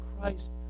Christ